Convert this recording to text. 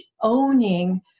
owning